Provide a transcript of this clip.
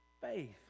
faith